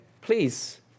please